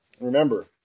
Remember